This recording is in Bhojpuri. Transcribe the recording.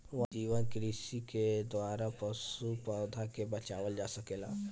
वन्यजीव कृषि के द्वारा पशु, पौधा के बचावल जा सकेला